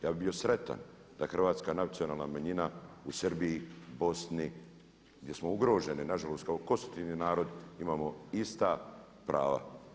Ja bih bio sretan da hrvatska nacionalna manjina u Srbiji, Bosni, gdje smo ugroženi nažalost kao konstitutivni narod imamo ista prava.